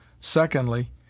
Secondly